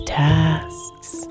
tasks